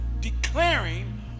declaring